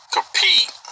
Compete